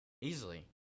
easily